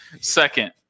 Second